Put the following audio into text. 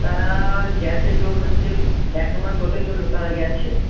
তারা গেছে তোর হচ্ছে একমাস হতে চলল তারা গেছে